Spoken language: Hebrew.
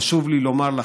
חשוב לי לומר לכם,